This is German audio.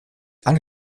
alle